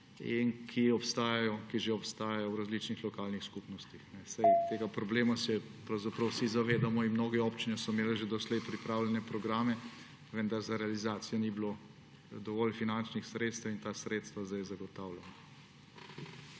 in ki že obstajajo v različnih lokalnih skupnostih. Tega problema se vsi zavedamo in mnoge občine so imele že doslej pripravljene programe, vendar za realizacijo ni bilo dovolj finančnih sredstev. In ta sredstva sedaj zagotavljamo.